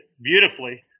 beautifully